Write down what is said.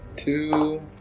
Two